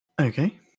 Okay